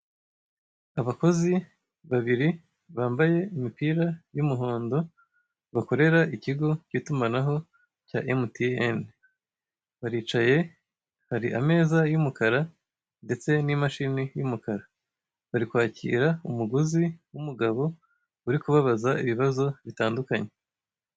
Abakozi babiri bambaye imipira y'umuhondo bakorera ikigo cy'itumanaho cya MTN, baricaye hari ameza y'umukara ndetse n'imashini y'umukara, bari kwakira umugozi w'umugabo uri kubabaza ibibazo bitandukanye.